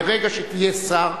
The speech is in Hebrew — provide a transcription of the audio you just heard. מרגע שתהיה שר,